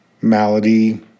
malady